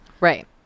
right